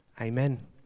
Amen